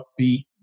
upbeat